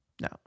No